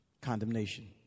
Condemnation